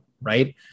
right